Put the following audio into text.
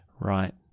right